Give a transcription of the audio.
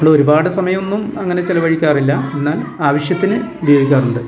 നമ്മൾ ഒരുപാട് സമയമൊന്നും അങ്ങനെ ചിലവഴിക്കാറില്ല എന്നാൽ ആവശ്യത്തിന് ഉപയോഗിക്കാറുണ്ട്